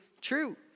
true